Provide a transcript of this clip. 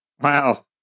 Wow